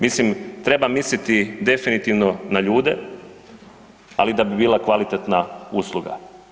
Mislim treba misliti definitivno na ljude, ali da bi bila kvalitetna usluga.